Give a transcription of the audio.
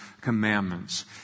commandments